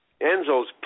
Enzo's